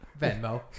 Venmo